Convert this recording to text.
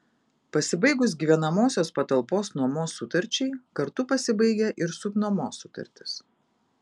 pasibaigus gyvenamosios patalpos nuomos sutarčiai kartu pasibaigia ir subnuomos sutartis